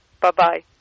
Bye-bye